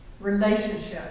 relationship